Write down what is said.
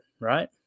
right